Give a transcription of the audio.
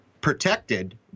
protected